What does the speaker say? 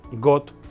God